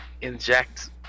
inject